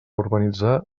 urbanitzar